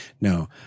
No